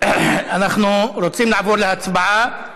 אנחנו רוצים לעבור להצבעה.